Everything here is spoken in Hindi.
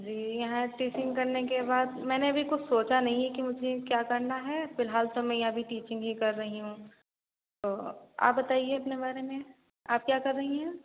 जी यहाँ टीचिंग करने के बाद मैंने अभी कुछ सोचा नहीं है कि मुझे क्या करना है फ़िलहाल तो मैं यहाँ अभी टीचिंग ही कर रही हूँ तो आप बताइए अपने बारे में आप क्या कर रही हैं